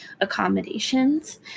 accommodations